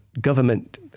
government